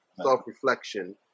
self-reflection